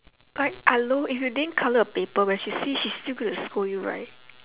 like hello if you didn't like colour the paper when she see she's still gonna scold you right